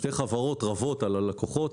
שתי חברות רבות על הלקוחות,